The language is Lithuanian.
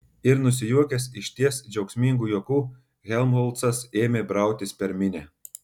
ir nusijuokęs išties džiaugsmingu juoku helmholcas ėmė brautis per minią